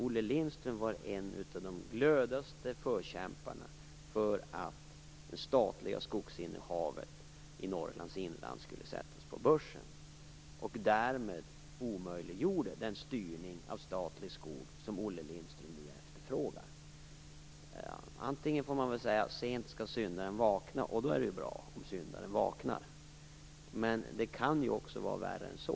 Olle Lindström var en av de mest glödande förkämparna för att det statliga skogsinnehavet i Norrlands inland skulle sättas på börsen. Därmed omöjliggjordes den styrning av statlig skog som Olle Lindström nu efterfrågar. Antingen får man väl säga: Sent skall syndaren vakna. Då är det ju bra - om syndaren vaknar. Eller så kan det vara värre än så.